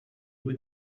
due